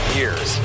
years